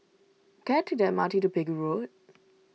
can I take the M R T to Pegu Road